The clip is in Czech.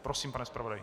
Prosím, pane zpravodaji.